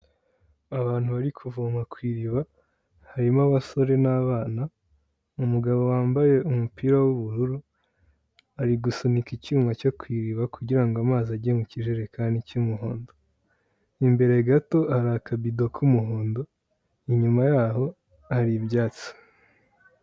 Abantu bari kuvoma ku iriba harimo abasore n'abana, umugabo wambaye umupira w'ubururu ari gusunika icyuma cyo ku iriba kugira ngo amazi ajye mu kijerekani cy'umuhondo, imbere gato hari akabido k'umuhondo, inyuma yaho hari ibyatsi.